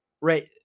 right